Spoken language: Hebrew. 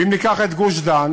ואם ניקח את גוש-דן,